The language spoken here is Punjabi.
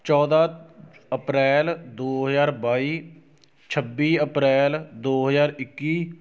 ਚੌਦ੍ਹਾਂ ਅਪ੍ਰੈਲ ਦੋ ਹਜ਼ਾਰ ਬਾਈ ਛੱਬੀ ਅਪ੍ਰੈਲ ਦੋ ਹਜ਼ਾਰ ਇੱਕੀ